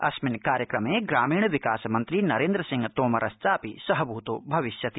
अस्मिन् कार्यक्रमे ग्रामीण विकास मंत्री नरेन्द्र सिंह तोमरश्चापि सहभूतो भवष्यति